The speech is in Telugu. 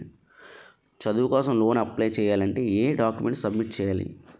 చదువు కోసం లోన్ అప్లయ్ చేయాలి అంటే ఎం డాక్యుమెంట్స్ సబ్మిట్ చేయాలి?